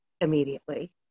immediately